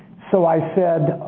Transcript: so i said,